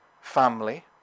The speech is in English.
family